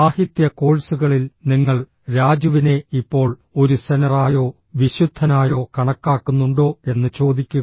സാഹിത്യ കോഴ്സുകളിൽ നിങ്ങൾ രാജുവിനെ ഇപ്പോൾ ഒരു സെനറായോ വിശുദ്ധനായോ കണക്കാക്കുന്നുണ്ടോ എന്ന് ചോദിക്കുക